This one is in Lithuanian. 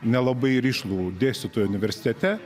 nelabai rišlų dėstytoja universitete